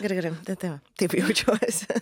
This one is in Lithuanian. gerai gerai tai va jaučiuosi